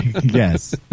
Yes